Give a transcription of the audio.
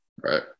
Right